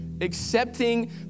accepting